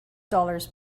dollars